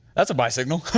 that's a buy signal.